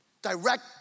Direct